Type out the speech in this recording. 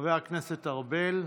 חבר הכנסת ארבל,